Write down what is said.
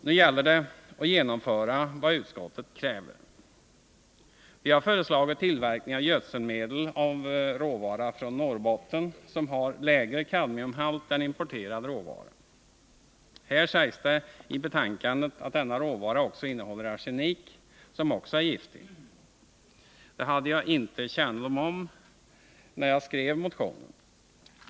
Nu gäller det att genomföra vad utskottet kräver. Vi har föreslagit tillverkning av gödselmedel av råvara från Norrbotten som har lägre kadmiumhalt än importerad råvara. I betänkandet sägs att denna råvara även innehåller arsenik, som också är giftig. Det hade jag inte kännedom om när jag skrev motionen.